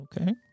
Okay